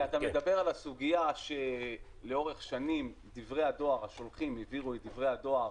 ואתה מדבר על הסוגיה שלאורך שנים השולחים העבירו את דברי הדואר